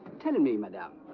tell and me madame,